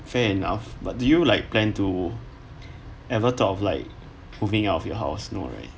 fair enough but do you like plan to ever thought of like moving out of your house no right